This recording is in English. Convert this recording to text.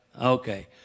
Okay